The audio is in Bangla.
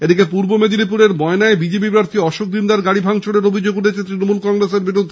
এদিকে পূর্ব মেদিনীপুরের ময়নায় বিজেপি প্রার্থী অশোক দিন্দার গাড়ি ভাঙচুরের অভিযোগ উঠেছে তৃণমূল কংগ্রেসের বিরুদ্ধে